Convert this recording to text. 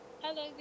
Hello